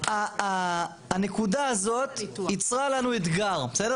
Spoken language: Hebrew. הנקודה הזאת ייצרה לנו אתגר, בסדר?